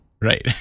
Right